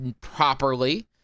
properly